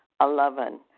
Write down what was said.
Eleven